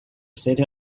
city